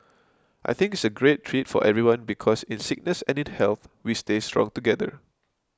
I think it's a great treat for everyone because in sickness and in health we stay strong together